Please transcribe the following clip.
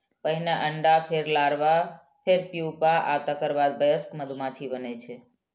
पहिने अंडा, फेर लार्वा, फेर प्यूपा आ तेकर बाद वयस्क मधुमाछी बनै छै